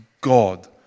God